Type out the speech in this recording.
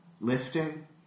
lifting